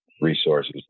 resources